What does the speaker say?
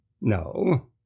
No